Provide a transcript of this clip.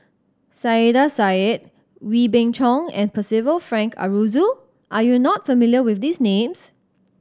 Saiedah Said Wee Beng Chong and Percival Frank Aroozoo are you not familiar with these names